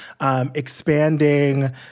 expanding